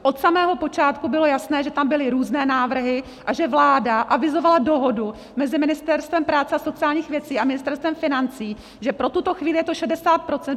Od samého počátku bylo jasné, že tam byly různé návrhy a že vláda avizovala dohodu mezi Ministerstvem práce a sociálních věcí a Ministerstvem financí, že pro tuto chvíli je to 60 %.